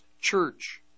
church